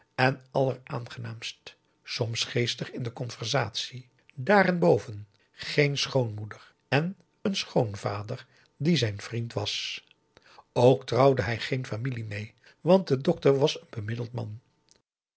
en alleraangenaamst soms geestig in de conversatie daarenboven geen schoonmoeder en een schoonvader die zijn vriend was ook trouwde hij geen familie mee want de dokter was een bemiddeld man